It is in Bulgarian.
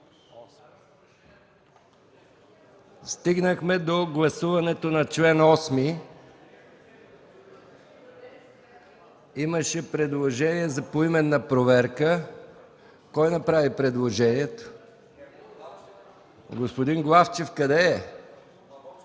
Стигнахме до гласуването на чл. 8. Имаше предложение за поименна проверка. Кой направи предложението? РЕПЛИКА: Господин Главчев.